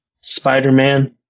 Spider-Man